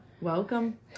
welcome